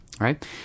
right